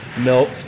milk